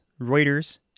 Reuters